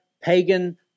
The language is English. pagan